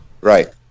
Right